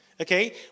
okay